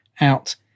out